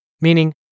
Meaning